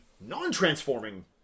non-transforming